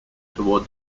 toward